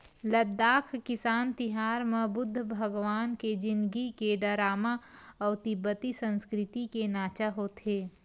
लद्दाख किसान तिहार म बुद्ध भगवान के जिनगी के डरामा अउ तिब्बती संस्कृति के नाचा होथे